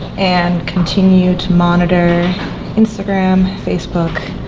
and continue to monitor instagram, facebook,